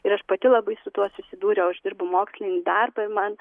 ir aš pati labai su tuo susidūriau aš dirbu mokslinį darbą man